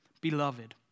Beloved